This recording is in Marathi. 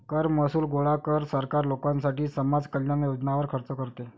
कर महसूल गोळा कर, सरकार लोकांसाठी समाज कल्याण योजनांवर खर्च करते